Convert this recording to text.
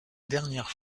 dernière